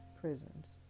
prisons